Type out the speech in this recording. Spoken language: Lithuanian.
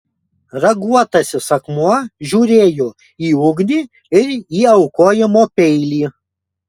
raguotasis akmuo žiūrėjo į ugnį ir į aukojimo peilį